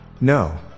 No